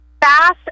Fast